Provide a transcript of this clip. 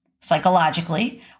psychologically